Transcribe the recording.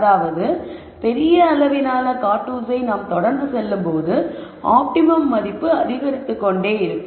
அதாவது பெரிய அளவிலான காண்டூர்ஸை நாம் தொடர்ந்து செல்லும் போது ஆப்டிமம் மதிப்பு அதிகரித்துக்கொண்டே இருக்கும்